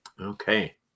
Okay